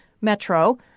Metro